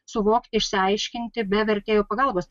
suvokti išsiaiškinti be vertėjų pagalbos